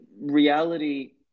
reality